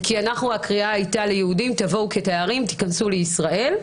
הקריאה ליהודים הייתה לבוא כתיירים ולהיכנס לישראל,